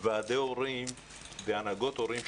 ועדי הורים והנהגות הורים,